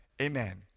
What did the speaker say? Amen